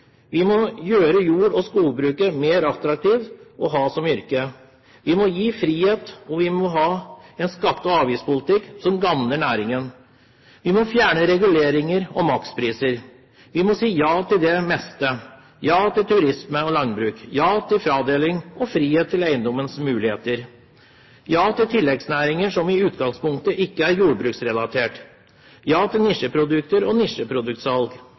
Vi må gjøre jord- og skogbruket mer attraktivt å ha som yrke. Vi må gi frihet, og vi må ha en skatte- og avgiftspolitikk som gagner næringen. Vi må fjerne reguleringer og makspriser. Vi må si ja til det meste. Ja til turisme og landbruk. Ja til fradeling og frihet for eiendommens muligheter. Ja til tilleggsnæringer som i utgangspunktet ikke er jordbruksrelatert. Ja til nisjeprodukter og nisjeproduktsalg,